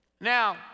Now